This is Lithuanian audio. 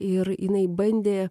ir jinai bandė